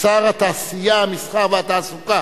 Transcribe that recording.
שר התעשייה, המסחר והתעסוקה